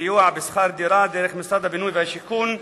סיוע בשכר דירה דרך משרד הבינוי והשיכון,